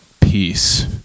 peace